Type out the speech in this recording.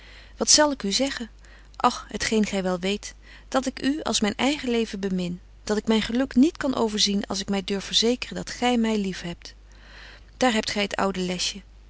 wat zal ik u zeggen och het geen gy wel weet dat ik u als myn eigen leven bemin dat ik myn geluk niet kan overzien als ik my durf verzekeren dat gy my lief hebt daar hebt gy het oude lesje